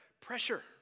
pressure